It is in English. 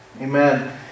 Amen